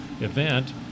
event